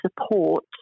support